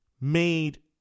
made